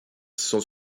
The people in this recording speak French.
sont